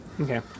Okay